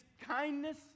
kindness